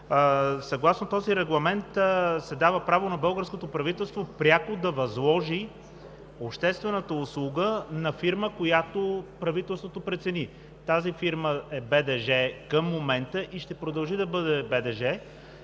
Съгласно този регламент се дава право на българското правителство пряко да възложи обществената услуга на фирма, която правителството прецени. Към момента тази фирма е БДЖ и ще продължи да бъде,